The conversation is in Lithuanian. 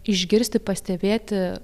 išgirsti pastebėti